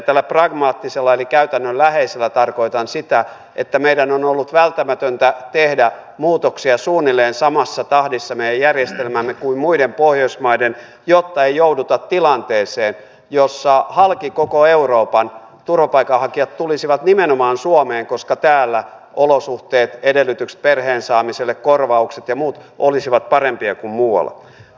tällä pragmaattisella eli käytännönläheisellä tarkoitan sitä että meidän on ollut välttämätöntä tehdä muutoksia suunnilleen samassa tahdissa meidän järjestelmäämme kuin muiden pohjoismaiden jotta ei jouduta tilanteeseen jossa halki koko euroopan turvapaikanhakijat tulisivat nimenomaan suomeen koska täällä olosuhteet edellytykset perheen saamiselle korvaukset ja muut olisivat parempia kuin muualla